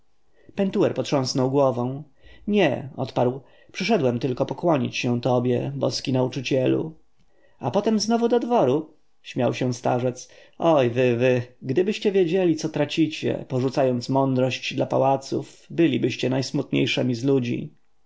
pentuer potrząsnął głową nie odparł przyszedłem tylko pokłonić się tobie boski nauczycielu a potem znowu do dworu śmiał się starzec oj wy wy gdybyście wiedzieli co tracicie porzucając mądrość dla pałaców bylibyście najsmutniejszymi ludźmi